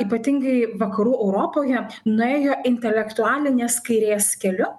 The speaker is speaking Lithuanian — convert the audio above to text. ypatingai vakarų europoje nuėjo intelektualinės kairės keliu